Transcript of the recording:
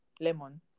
lemon